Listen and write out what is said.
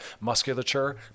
musculature